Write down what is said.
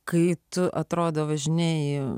kai tu atrodo važinėju